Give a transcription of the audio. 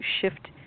shift